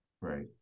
Right